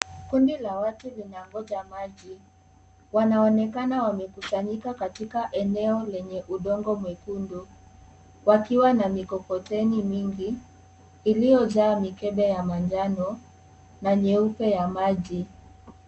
Kundi la watu linangoja maji. Wanaonekana wamekusanyika katika eneo lenye udongo mwekundu. Wakiwa na mikokoteni mingi iliyojaa mikeba ya manjano na nyeupe ya maji.